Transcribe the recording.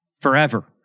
forever